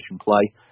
play